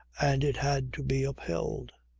and it had to be upheld.